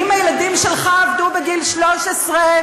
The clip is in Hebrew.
האם הילדים שלך עבדו בגיל 13?